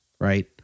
right